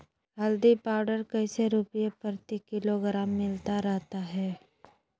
हल्दी पाउडर कैसे रुपए प्रति किलोग्राम मिलता रहा है?